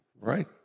right